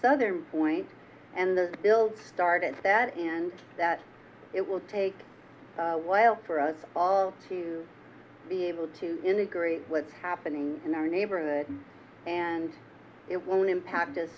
southern point and build started that and that it will take a while for us all to be able to integrate what's happening in our neighborhood and it won't impact